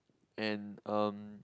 and um